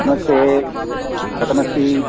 नमस्ते कथमस्ति